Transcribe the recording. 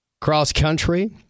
Cross-country